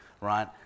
Right